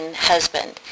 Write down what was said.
husband